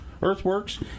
earthworks